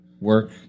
Work